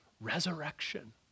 resurrection